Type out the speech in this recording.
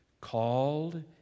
called